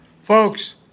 Folks